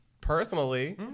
personally